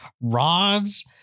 rods